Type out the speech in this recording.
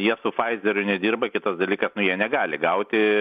jie faizeriu nedirba kitas dalykas nu jie negali gauti